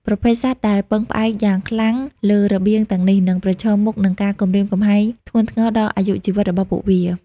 ប្រភេទសត្វដែលពឹងផ្អែកយ៉ាងខ្លាំងលើរបៀងទាំងនេះ នឹងប្រឈមមុខនឹងការគំរាមកំហែងធ្ងន់ធ្ងរដល់អាយុជីវិតរបស់ពួកវា។